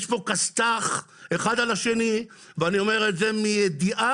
יש כסת"ח אחד על השני ואני אומר את זה מידיעה